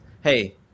hey